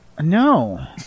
No